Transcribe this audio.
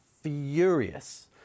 furious